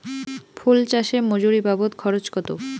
ফুল চাষে মজুরি বাবদ খরচ কত?